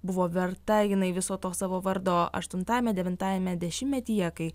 buvo verta jinai viso to savo vardo aštuntajame devintajame dešimtmetyje kai